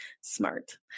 Smart